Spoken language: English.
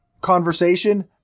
conversation